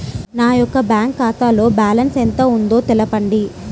నా యొక్క బ్యాంక్ ఖాతాలో బ్యాలెన్స్ ఎంత ఉందో తెలపండి?